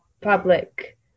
public